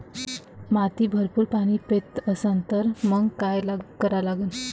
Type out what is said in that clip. माती भरपूर पाणी पेत असन तर मंग काय करा लागन?